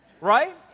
right